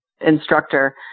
instructor